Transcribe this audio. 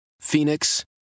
Phoenix